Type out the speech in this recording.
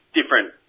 different